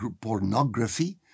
pornography